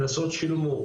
קנסות שילמו,